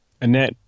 Annette